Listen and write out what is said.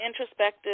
introspective